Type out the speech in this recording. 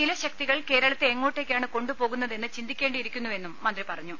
ചില ശക്തികൾ കേരളത്തെ എങ്ങോട്ടേക്കാണ് കൊണ്ടു പോകുന്നതെന്ന് ചിന്തിക്കേണ്ടിയിരി ക്കുന്നുവെന്ന് മന്ത്രി പറഞ്ഞു